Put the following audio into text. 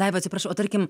daiva atsiprašau o tarkim